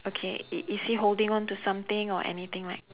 okay i~ is he holding on to something or anything like